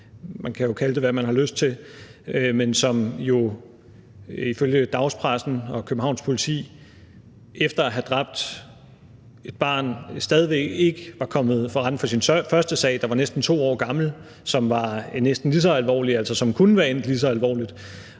man kan kalde det, hvad man har lyst til, som jo ifølge dagspressen og Københavns Politi efter at have dræbt et barn stadig væk ikke er kommet for retten for sin første sag, der var næsten 2 år gammel, og som var næsten lige så alvorlig, altså som kunne være endt lige så alvorligt–